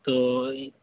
تو